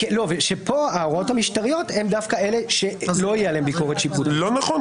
כאן ההוראות המשטריות הן דווקא אלה שלא יהיה עליהן ביקורת שיפוטית.